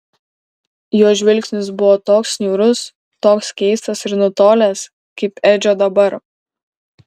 jo žvilgsnis buvo toks niūrus toks keistas ir nutolęs kaip edžio dabar